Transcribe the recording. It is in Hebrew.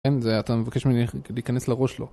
אין, זה אתה מבקש ממני להיכנס לראש שלו